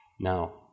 Now